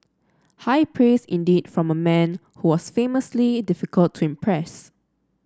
high praise indeed from a man who was famously difficult to impress